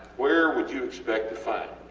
where would you expect to find